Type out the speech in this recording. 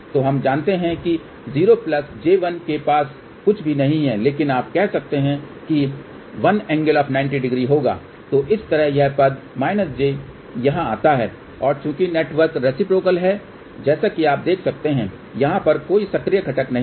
तो हम जानते हैं कि 0j1 के पास कुछ भी नहीं है लेकिन आप कह सकते हैं कि 1८900 होगा तो इस तरह यह पद j यहाँ आता है और चूंकि नेटवर्क रेसिप्रोकल है जैसा कि आप देख सकते हैं यहाँ पर कोई सक्रिय घटक नहीं हैं